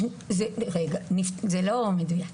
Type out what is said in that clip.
זה לא מדויק.